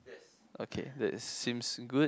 okay that seems good